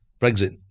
Brexit